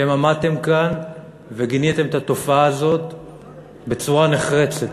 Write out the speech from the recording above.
אתם עמדתם כאן וגיניתם את התופעה הזאת בצורה נחרצת,